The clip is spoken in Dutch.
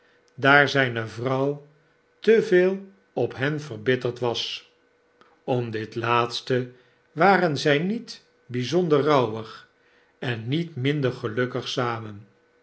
daar zgne vrouw te veel op hen verbitterd was om dit laatste waren zy niet bgzonder rouwig en niet minder gelukkig samen